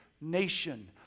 nation